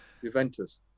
Juventus